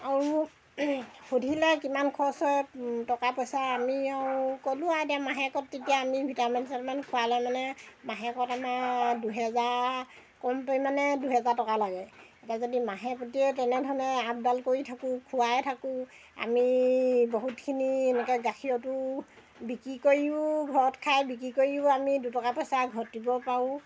আৰু সুধিলে কিমান খৰচ হয় টকা পইচা আমি আৰু ক'লোঁ আৰু এতিয়া মাহেকত তেতিয়া আমি ভিটামিন চিটামিন খুৱালে মানে মাহেকত আমাৰ দুহেজাৰ কম পৰিমাণে দুহেজাৰ টকা লাগে এতিয়া যদি মাহে প্ৰতিয়ে তেনেধৰণে আপদাল কৰি থাকোঁ খুৱাই থাকোঁ আমি বহুতখিনি এনেকৈ গাখীৰতো বিকি কৰিও ঘৰত খাই বিকি কৰিও আমি দুটকা পইচা ঘটিব পাৰোঁ